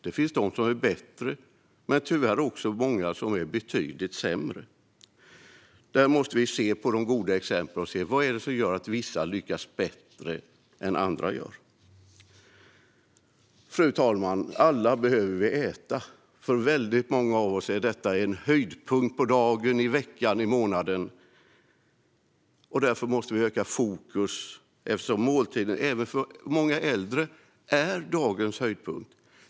Det finns de som är bättre, men tyvärr finns det också många som är betydligt sämre. Där måste vi se på de goda exemplen för att se vad det är som gör att vissa lyckas bättre än andra. Fru talman! Vi behöver alla äta. För väldigt många av oss är måltiden en höjdpunkt på dagen, i veckan och i månaden. Därför måste vi öka fokus, eftersom måltiden även för många äldre är dagens höjdpunkt.